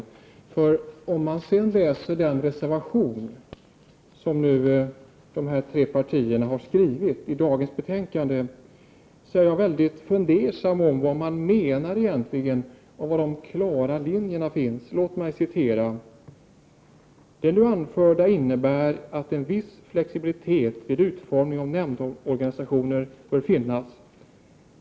Jag är mycket fundersam över vad som menas med den reservation som centerpartiet, vpk och miljöpartiet har fogat till dagens betänkande. Var finns de klara linjerna? I reservationen står skrivet: ”Det nu anförda innebär att en viss flexibilitet vid utformningen av nämndorganisationen bör finnas.